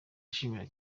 ashimira